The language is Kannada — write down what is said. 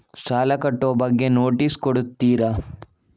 ಸಾಲ ಕಟ್ಟುವ ಬಗ್ಗೆ ನೋಟಿಸ್ ಕೊಡುತ್ತೀರ?